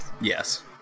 Yes